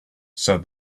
said